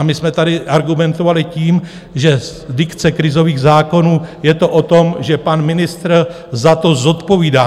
My jsme tady argumentovali tím, že z dikce krizových zákonů je to o tom, že pan ministr za to zodpovídá.